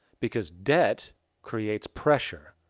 because debt creates pressure.